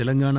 Telangana